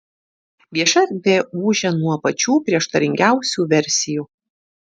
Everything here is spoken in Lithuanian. vieša erdvė ūžia nuo pačių prieštaringiausių versijų